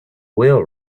will